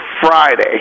friday